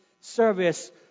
service